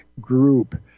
Group